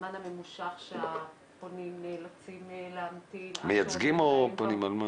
וזמן ממושך שהפונים נאלצים להמתין --- מייצגים או --- פונים.